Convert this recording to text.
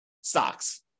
stocks